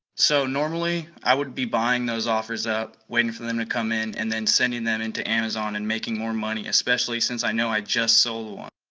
so normally, i would be buying those offers up, waiting for them to come in and then sending them into amazon and making more money, especially, since i know i just sold one.